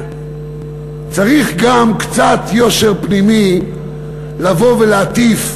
צריך גם קצת יושר פנימי לבוא ולהטיף.